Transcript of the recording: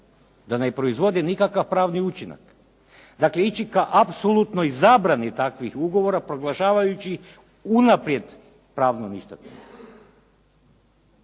da ne proizvodi nikakav pravni učinka. Dakle, ići ka apsolutnoj zabrani takvih ugovora proglašavajući unaprijed pravno ništavnim.